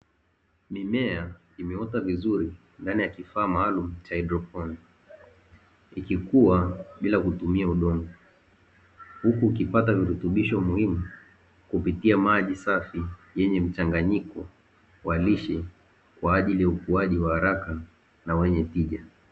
Mimea imeota vizuri ndani ya kifaa maalum cha haidroponi, ikikua bila kutumia udongo huku ikipata virutubisho muhimu kupitia maji safi yenye mchanganyiko wa lishe kwa ajili ya ukuaji wa araka na wenye tija.